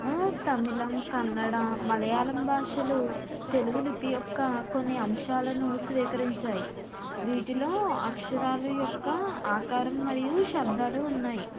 తమిళం కన్నడ మలయాళం భాషలు తెలుగు లిపి యొక్క కొన్ని అంశాలను స్వీకరించాయి వీటిలో అక్షరాలు యొక్క ఆకారం మరియు శబ్దాలు ఉన్నాయి